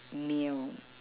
meal